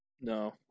No